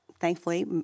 thankfully